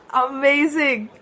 amazing